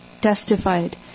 testified